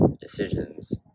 decisions